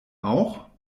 auch